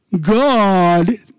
God